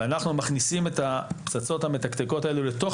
ואנחנו מכניסים את הפצצות המתקתקות האלו לתוך